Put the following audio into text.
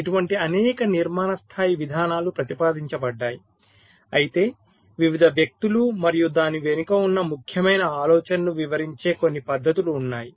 ఇటువంటి అనేక నిర్మాణ స్థాయి విధానాలు ప్రతిపాదించబడ్డాయి అయితే వివిధ వ్యక్తులు మరియు దాని వెనుక ఉన్న ముఖ్యమైన ఆలోచనను వివరించే కొన్ని పద్ధతులు ఉన్నాయి